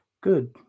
good